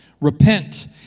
Repent